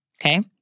okay